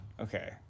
okay